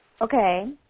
Okay